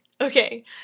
okay